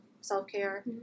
self-care